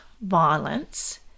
violence